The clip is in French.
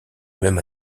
même